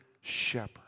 shepherd